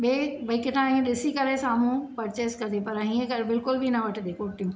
ॿिए भई किथां हाणे ॾिसी करे साम्हूं परचेस कजे पर हीअं करे बिल्कुल बि न वठिजे कुर्तियूं